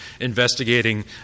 investigating